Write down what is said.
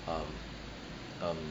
um um